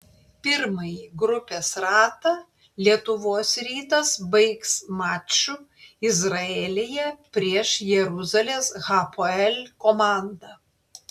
pirmąjį grupės ratą lietuvos rytas baigs maču izraelyje prieš jeruzalės hapoel komandą